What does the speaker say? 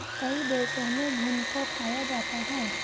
कई देशों में घुन को खाया जाता है